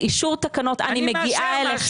תקציביות, אישור תקנות, אני מגיעה אליכם.